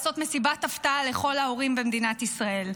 לעשות מסיבת הפתעה לכל ההורים במדינת ישראל.